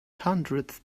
hundredth